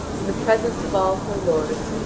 in the presence of all her lords,